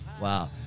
Wow